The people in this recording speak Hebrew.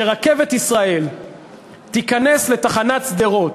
שרכבת ישראל תיכנס לתחנת שדרות,